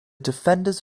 defenders